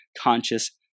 conscious